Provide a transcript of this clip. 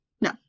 No